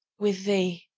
with thee.